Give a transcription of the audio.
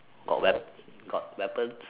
got wep got weapons